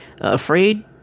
afraid